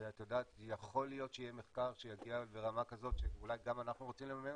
יכול להיות שיהיה מחקר שיגיע לרמה כזאת שאולי גם אנחנו רוצים לממן